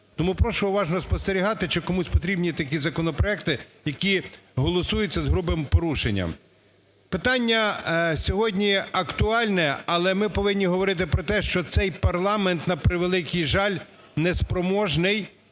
Тому просто уважно спостерігати, чи комусь потрібні такі законопроекти, які голосуються з грубим порушенням. Питання сьогодні актуальне, але ми повинні говорити про те, що цей парламент, на превеликий жаль, не спроможний